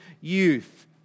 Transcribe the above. youth